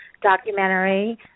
documentary